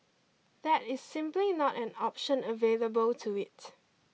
that is simply not an option available to it